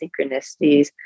synchronicities